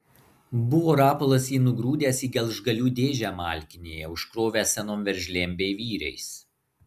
buvo rapolas jį nugrūdęs į gelžgalių dėžę malkinėje užkrovęs senom veržlėm bei vyriais